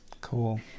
Cool